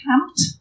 camped